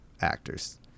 actors